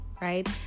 right